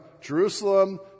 Jerusalem